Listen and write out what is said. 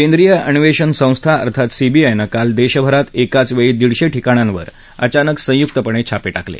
केंद्रीय अन्वेषण संस्था सीबीआयनं काल देशभरात एकाच वेळी दीडशे ठिकाणांवर अचानक संयुक्तपणे छापे टाकले